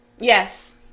Yes